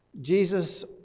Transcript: Jesus